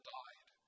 died